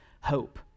hope